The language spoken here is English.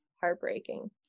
heartbreaking